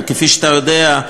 כפי שאתה יודע,